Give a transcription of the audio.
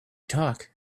talk